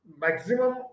Maximum